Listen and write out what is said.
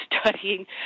studying